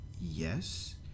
yes